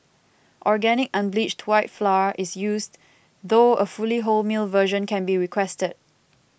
organic unbleached white flour is used though a fully wholemeal version can be requested